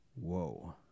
Whoa